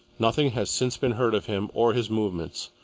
nothing has since been heard of him or his movements,